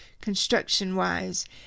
construction-wise